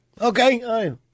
Okay